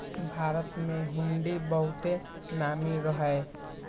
भारत में हुंडी बहुते नामी रहै